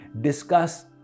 discuss